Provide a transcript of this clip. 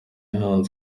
rayon